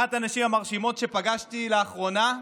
אחת הנשים המרשימות שפגשתי לאחרונה,